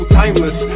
timeless